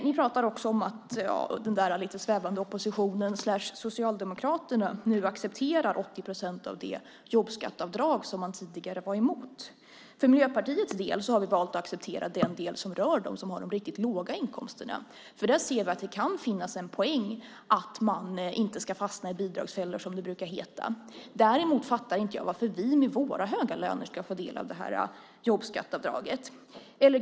Ni pratar också om att den där lite svävande oppositionen eller Socialdemokraterna nu accepterar 80 procent av det jobbskatteavdrag som man tidigare var emot. För Miljöpartiets del har vi valt att acceptera den del som rör dem som har de riktigt låga inkomsterna. Där ser vi att det kan finnas en poäng i att de inte ska fastna i bidragsfällor, som det brukar heta. Däremot fattar inte jag varför vi med våra höga löner ska få del av jobbskatteavdraget.